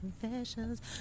confessions